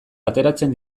ateratzen